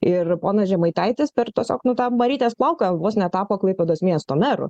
ir ponas žemaitaitis per tiesiog nu tą marytės plauką vos netapo klaipėdos miesto meru